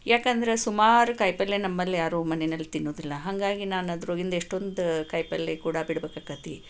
ಯಾಕೆಂದರೆ ಸುಮಾರು ಕಾಯಿಪಲ್ಲೆ ನಮ್ಮಲ್ಲಿ ಯಾರೂ ಮನೆಯಲ್ಲಿ ತಿನ್ನೋದಿಲ್ಲ ಹಾಗಾಗಿ ನಾನು ಅದ್ರೊಳಗಿಂದ ಎಷ್ಟೊಂದು ಕಾಯಿಪಲ್ಲೆ ಕೂಡ ಬಿಡ್ಬೇಕಾಕತಿ